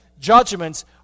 judgments